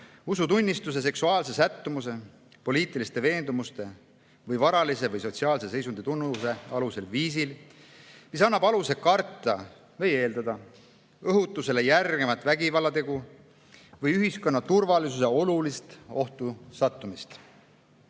usutunnistuse, seksuaalse sättumuse, poliitiliste veendumuste või varalise või sotsiaalse seisundi tunnuse alusel viisil, mis annab aluse karta või eeldada õhutusele järgnevat vägivallategu või ühiskonna turvalisuse olulist ohtu sattumist.